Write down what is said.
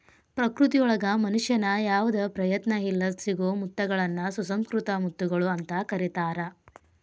ಪ್ರಕೃತಿಯೊಳಗ ಮನುಷ್ಯನ ಯಾವದ ಪ್ರಯತ್ನ ಇಲ್ಲದ್ ಸಿಗೋ ಮುತ್ತಗಳನ್ನ ಸುಸಂಕೃತ ಮುತ್ತುಗಳು ಅಂತ ಕರೇತಾರ